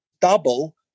double